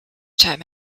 term